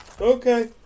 Okay